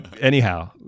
anyhow